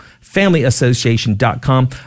FamilyAssociation.com